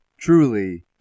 truly